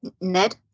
Ned